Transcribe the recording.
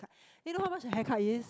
then you know how much the haircut is